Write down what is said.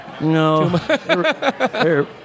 No